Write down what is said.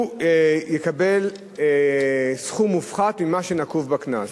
הוא ישלם סכום מופחת ממה שנקוב בקנס.